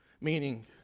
meaning